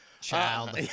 Child